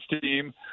team